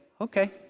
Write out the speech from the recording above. okay